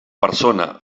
persona